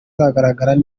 bagaragaje